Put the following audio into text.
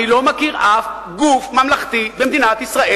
אני לא מכיר אף גוף ממלכתי במדינת ישראל